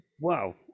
Wow